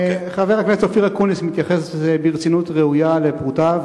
חבר הכנסת אופיר אקוניס מתייחס ברצינות ראויה לפרוטה,